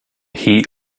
heat